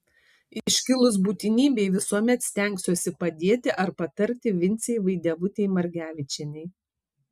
iškilus būtinybei visuomet stengsiuosi padėti ar patarti vincei vaidevutei margevičienei